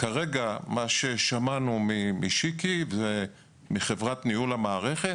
כרגע מה ששמענו משיקי, מחברת ניהול המערכת,